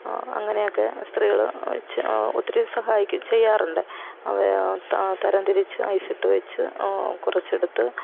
അങ്ങനൊക്കെ സ്ത്രീകള് ഒത്തിരി സഹായിക്കും ചെയ്യാറുണ്ട് അവ തരംതിരിച്ച് ഐസ് ഇട്ട് വെച്ച് കുറച്ചെടുത്ത്